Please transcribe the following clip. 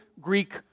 Greek